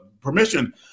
permission